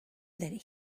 that